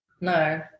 No